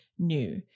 new